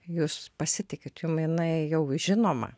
jūs pasitikit jum jinai jau žinoma